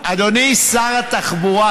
אדוני שר התחבורה,